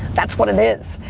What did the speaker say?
that's what it is.